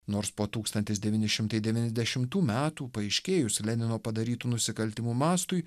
nors po tūkstantis devyni šimtai devyniasdešimtų metų paaiškėjus lenino padarytų nusikaltimų mastui